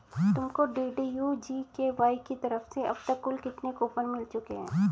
तुमको DDU GKY की तरफ से अब तक कुल कितने कूपन मिल चुके हैं?